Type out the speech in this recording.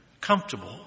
comfortable